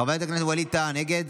חבר הכנסת ווליד טאהא, נגד?